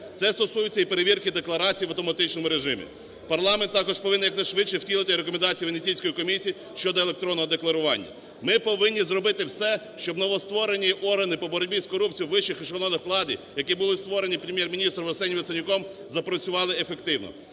Це стосується і перевірки декларацій в автоматичному режимі. Парламент також повинен якнайшвидше втілити рекомендації Венеційської комісії щодо електронного декларування. Ми повинні зробити все, щоб новостворені органи по боротьбі з корупцією в вищих ешелонах влади, які були створені Прем'єр-міністром Арсенієм Яценюком, запрацювали ефективно.